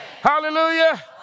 Hallelujah